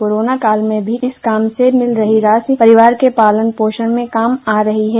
corona कात में भी इस काम से मिल रही राशि परिवार के भरण पोषण में काम आ रही है